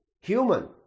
human